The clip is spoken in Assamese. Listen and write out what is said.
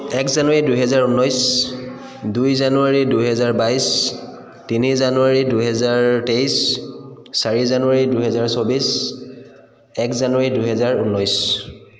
এক জানুৱাৰী দুহেজাৰ ঊনৈছ দুই জানুৱাৰী দুহেজাৰ বাইছ তিনি জানুৱাৰী দুহেজাৰ তেইছ চাৰি জানুৱাৰী দুহেজাৰ চৌব্বিছ এক জানুৱাৰী দুহেজাৰ ঊনৈছ